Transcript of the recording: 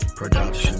production